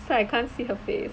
so I can't see her face